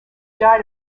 died